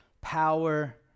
power